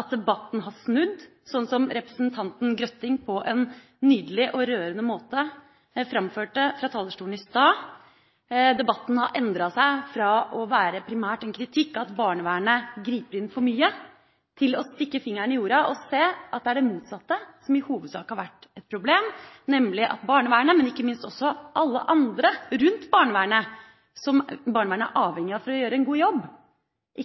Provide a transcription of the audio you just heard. at debatten har snudd, sånn som representanten Grøtting på en nydelig og rørende måte framførte fra talerstolen i stad. Debatten har endret seg fra primært å være en kritikk av at barnevernet griper for mye inn til at vi nå stikker fingeren i jorda og ser at det er det motsatte som i hovedsak har vært et problem, nemlig at barnevernet, og ikke minst alle andre rundt barnevernet, og som barnevernet er avhengig av for å gjøre en god jobb,